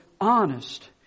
honest